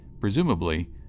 presumably